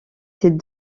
ses